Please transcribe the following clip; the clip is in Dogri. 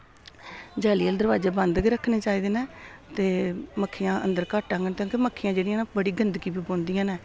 जाली आह्ले दरवाजे बंद गै रक्खने चाहिदे न ते मक्खियां अंदर घट्ट आङन क्योंकि मक्खियां जेह्ड़ियां न बड़ी गंदगी पर बौंह्दियां न